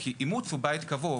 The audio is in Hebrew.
כי אימוץ הוא בית קבוע,